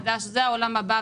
יש לה חשיבות וערך רב,